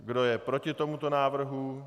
Kdo je proti tomuto návrhu?